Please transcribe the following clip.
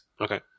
Okay